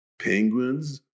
penguins